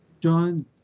John